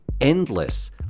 endless